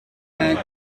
and